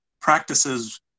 practices